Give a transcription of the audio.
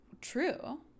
true